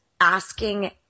asking